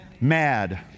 mad